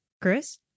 Chris